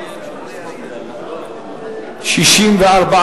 קבוצת סיעת רע"ם-תע"ל ושל חבר הכנסת גאלב מג'אדלה לסעיף 53 לא נתקבלה.